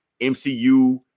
MCU